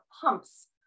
pumps